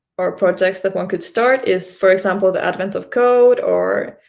or projects that one could start is, for example, the advent of code, or